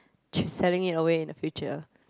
just selling it away in the future